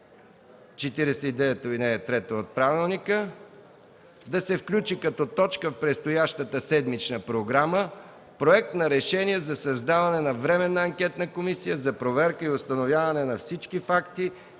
да се включи като точка в предстоящата седмична програма Проект на решение за създаване на Временна анкетна комисия за проверки и установяване на всички факти